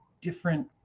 different